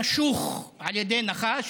נמשיך להילחם על מדינת העם היהודי עבור העם היהודי